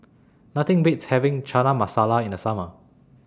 Nothing Beats having Chana Masala in The Summer